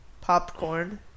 Popcorn